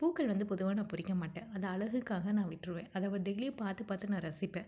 பூக்கள் வந்து பொதுவாக நான் பறிக்க மாட்டேன் அது அழகுக்காக நான் விட்டுருவேன் அதை வ டெய்லியும் பார்த்துப் பார்த்து நான் ரசிப்பேன்